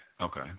okay